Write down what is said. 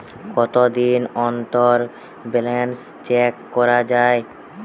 কতদিন অন্তর balance check করা য়ায়?